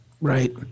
Right